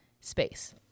space